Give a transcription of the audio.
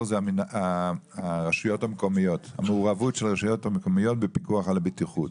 זה המעורבות של הרשויות המקומיות בפיקוח על הבטיחות.